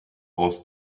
aus